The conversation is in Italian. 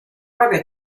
propria